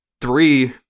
three